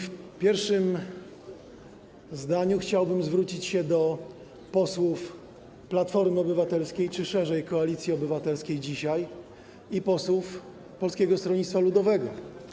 W pierwszym zdaniu chciałbym zwrócić się do posłów Platformy Obywatelskiej czy szerzej Koalicji Obywatelskiej dzisiaj i posłów Polskiego Stronnictwa Ludowego.